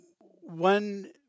One